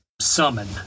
summon